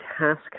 task